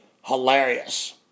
hilarious